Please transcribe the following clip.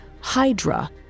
Hydra